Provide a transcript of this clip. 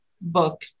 book